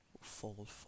fold